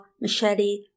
machete